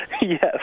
Yes